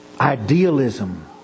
idealism